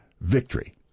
victory